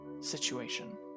situation